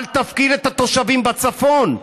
אל תפקיר את התושבים בצפון.